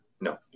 No